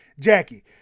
Jackie